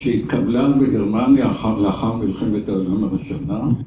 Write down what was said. שהתקבלה בגרמניה לאחר מלחמת העולם הראשונה.